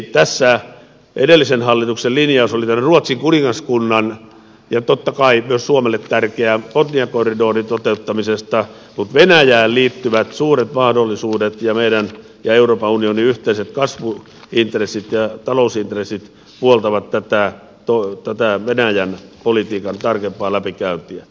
tässä edellisen hallituksen linjaus oli tämän ruotsin kuningaskunnan ja totta kai myös suomelle tärkeän botnian korridorin toteuttamisesta mutta venäjään liittyvät suuret mahdollisuudet ja meidän ja euroopan unionin yhteiset kasvuintressit ja talousintressit puoltavat tätä venäjän politiikan tarkempaa läpikäyntiä